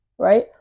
Right